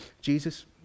Jesus